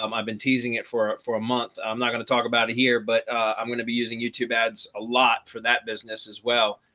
um i've been teasing it for for a month, i'm not going to talk about here, but i'm going to be using youtube ads a lot for that business as well.